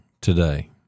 today